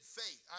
faith